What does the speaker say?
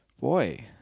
boy